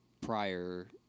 prior